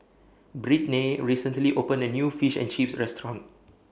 Brittnay recently opened A New Fish and Chips Restaurant